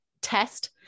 test